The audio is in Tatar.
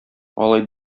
алай